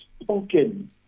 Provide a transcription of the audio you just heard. spoken